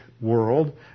world